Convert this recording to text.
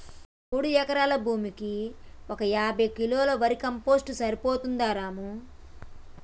ఈ మూడు ఎకరాల భూమికి ఒక యాభై కిలోల వర్మీ కంపోస్ట్ సరిపోతుందా రాము